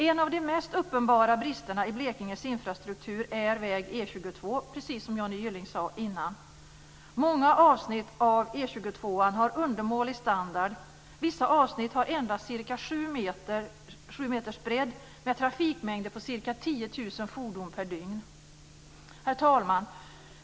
En av de mest uppenbara bristerna i Blekinges infrastruktur är väg E 22, precis som Johnny Gylling sade tidigare. Många avsnitt av E 22:an har undermålig standard. Vissa avsnitt har endast cirka sju meters bredd, med trafikmängder på ca 10 000 fordon per dygn. Herr talman!